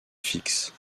fixe